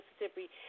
Mississippi